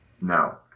No